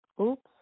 Oops